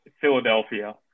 Philadelphia